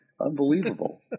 Unbelievable